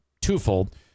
twofold